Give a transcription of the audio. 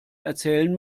erzählen